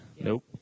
Nope